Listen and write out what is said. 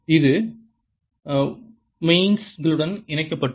இது மெயின்களுடன் இணைக்கப்பட்டது